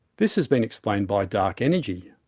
this has been explained by dark energy,